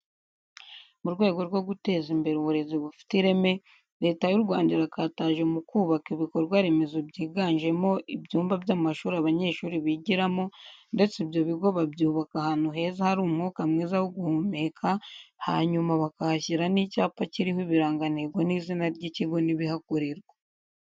Mu rwego rwo guteza imbere uburezi bufite ireme Leta y'u Rwanda irakataje mu kubaka ibikorwa remezo byiganjemo ibyumba by'amashuri abanyeshuri bigiramo ndetse ibyo bigo babyubaka ahantu heza hari umwuka mwiza wo guhumeka hanyuma bakahashyira n'icyapa kiriho ibirangantego n'izina ry'ikigo n'ibihakorerwa.